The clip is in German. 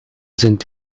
sind